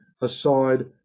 aside